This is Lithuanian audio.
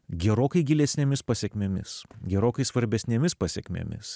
gerokai gilesnėmis pasekmėmis gerokai svarbesnėmis pasekmėmis